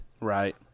Right